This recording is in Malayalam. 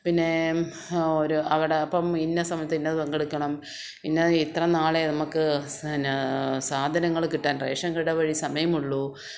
പിന്നേ ഓരോ അവിടെ അപ്പോള് ഇന്ന സമയത്ത് ഇന്നത് പങ്കെടുക്കണം പിന്ന ഇത്ര നാളെ നമ്മള്ക്ക് പിന്നെ സാധനങ്ങള് കിട്ടാൻ റേഷൻ കട വഴി സമയമുള്ളൂ